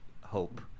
hope